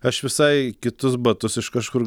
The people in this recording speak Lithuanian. aš visai kitus batus iš kažkur